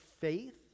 faith